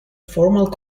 formal